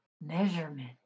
measurement